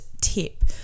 tip